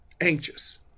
anxious